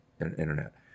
internet